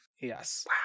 Yes